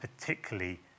particularly